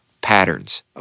patterns